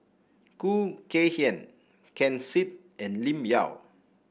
Khoo Kay Hian Ken Seet and Lim Yau